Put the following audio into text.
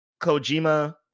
Kojima